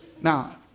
Now